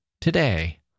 today